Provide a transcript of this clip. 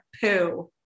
poo